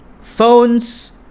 Phones